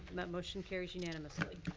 that motion carries unanimously.